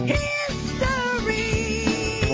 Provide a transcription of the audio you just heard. history